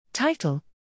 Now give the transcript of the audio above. Title